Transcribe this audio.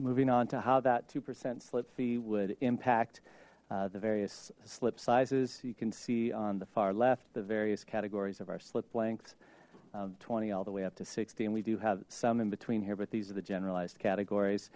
moving on to how that two percent slip fee would impact the various slip sizes you can see on the far left the various categories of our slip length twenty all the way up to sixty and we do have some in between here but these are the generalized categories